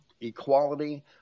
equality